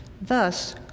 Thus